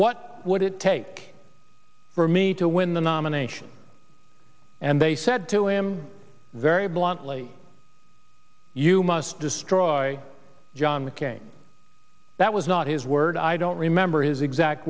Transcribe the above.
what would it take for me to win the nomination and they said to him very bluntly you must destroy john mccain that was not his word i don't remember his exact